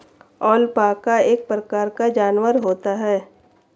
alpaca एक प्रकार का जानवर होता है